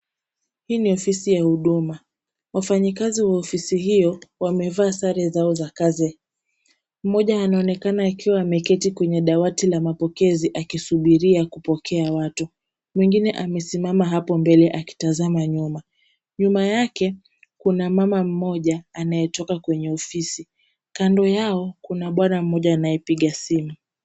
Hii ni ofisi ya huduma, wafanyikazi wa ofisi hiyo wamevaa sare zao za kazi. Mmoja anaonekana akiwa ameketi kwenye dawati la mapokezi akisubiria kupokea watu, mwingine amesimama hapo mbele akitazama nyuma. Nyuma yake kuna mama mmoja anayetoka kwenye ofisi, kando yao kuna bwana mmoja anayepiga simu.